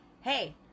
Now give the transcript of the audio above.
hey